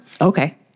Okay